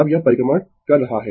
अब यह परिक्रमण कर रहा है